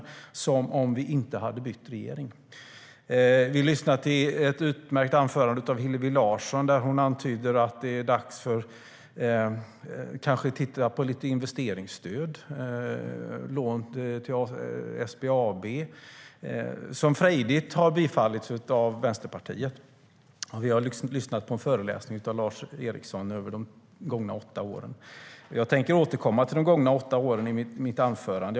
Det är som om vi inte hade bytt regering. Vi har lyssnat på en föreläsning av Lars Eriksson om de gångna åtta åren. Jag tänker återkomma till de gångna åtta åren i mitt anförande.